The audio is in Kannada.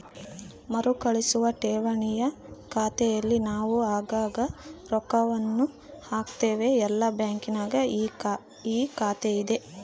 ಮರುಕಳಿಸುವ ಠೇವಣಿಯ ಖಾತೆಯಲ್ಲಿ ನಾವು ಆಗಾಗ್ಗೆ ರೊಕ್ಕವನ್ನು ಹಾಕುತ್ತೇವೆ, ಎಲ್ಲ ಬ್ಯಾಂಕಿನಗ ಈ ಖಾತೆಯಿದೆ